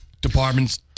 departments